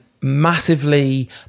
massively